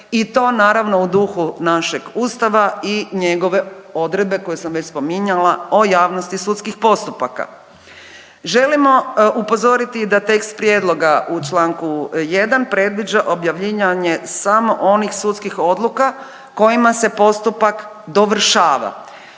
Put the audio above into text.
i to naravno u duhu našeg Ustava i njegove odredbe koju sam već spominjala o javnosti sudskih postupaka. Želimo upozoriti da tekst prijedlog u čl. 1. predviđa objavljivanje samo onih sudskih odluka kojima se postupak dovršava.